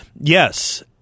Yes